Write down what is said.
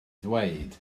ddweud